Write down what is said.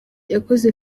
yakoze